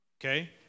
okay